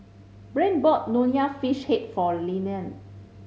Brain bought Nonya Fish Head for Leonie